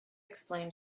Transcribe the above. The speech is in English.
explain